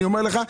אני אומר לך,